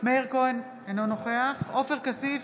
מאיר כהן, אינו נוכח עופר כסיף,